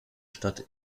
stadt